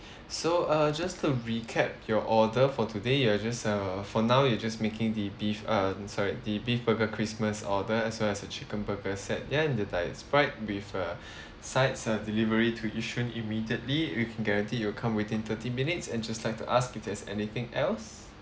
so uh just to recap your order for today you're just uh for now you're just making the beef uh sorry the beef burger christmas order as well as a chicken burger set ya and the diet sprite with uh sides uh delivery to yishun immediately we can guarantee it'll come within thirty minutes and just like to ask if there's anything else